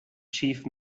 chief